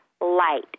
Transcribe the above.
Light